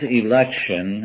election